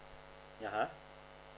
(uh huh)